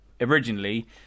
originally